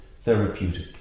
therapeutic